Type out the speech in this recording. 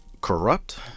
corrupt